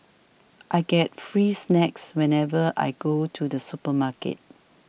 I get free snacks whenever I go to the supermarket